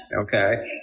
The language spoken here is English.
okay